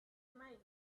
mind